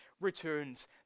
returns